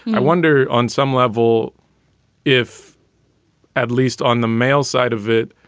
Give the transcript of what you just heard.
i wonder on some level if at least on the male side of it.